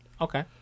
Okay